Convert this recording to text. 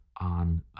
on